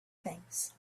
things